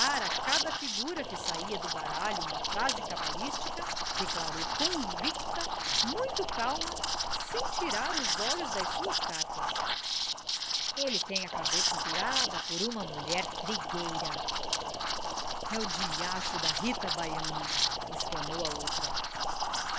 cada figura que saia do baralho uma frase cabalística declarou convicta muito calma sem tirar os olhos das suas cartas ele tem a cabeça virada por uma mulher trigueira é o diacho da rita baiana exclamou a outra